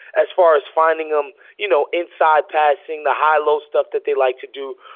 as far as finding them, you know, inside passing the high, low stuff that they like to do.